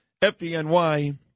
FDNY